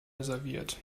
reserviert